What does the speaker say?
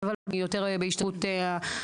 קרן שהיא יותר בהשתתפות האקסטרות,